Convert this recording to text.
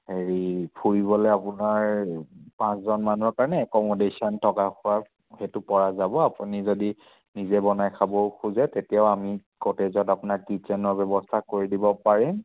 হেৰি ফুৰিবলৈ আপোনাৰ পাঁচজন মানুহৰ কাৰণে এক'মডেশ্যন থকা খোৱাৰ সেইটো পৰা যাব আপুনি যদি নিজে বনাই খাবও খোজে তেতিয়াও আমি কটেজত আপোনাৰ কিটচেনৰ ব্যৱস্থা কৰি দিব পাৰিম